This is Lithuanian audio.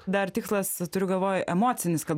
dar tikslas turiu galvoj emocinis kad